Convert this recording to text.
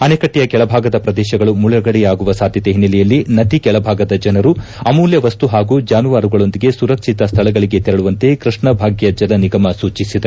ಅಣೆಕಟ್ಟೆಯ ಕೆಳಭಾಗದ ಪ್ರದೇಶಗಳು ಮುಳುಗಡೆಯಾಗುವ ಸಾಧ್ಯತೆ ಹಿನ್ನೆಲೆಯಲ್ಲಿ ನದಿ ಕೆಳಭಾಗದ ಜನರು ಅಮೂಲ್ಯ ವಸ್ತು ಪಾಗೂ ಜಾನುವಾರುಗಳೊಂದಿಗೆ ಸುರಕ್ಷಿತ ಸ್ಥಳಗಳಿಗೆ ತೆರಳುವಂತೆ ಕೃಷ್ಣ ಭಾಗ್ಯ ಜಲ ನಿಗಮ ಸೂಚಿಸಿದೆ